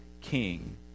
king